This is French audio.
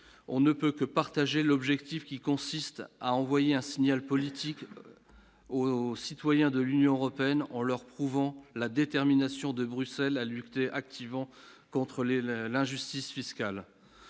on ne peut que partager l'objectif qui consiste à envoyer un signal politique aux citoyens de l'Union européenne en leur prouvant la détermination de Bruxelles à lutter activement contre les le l'injustice fiscale